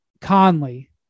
Conley